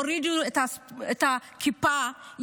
הורידו לו את הכיפה,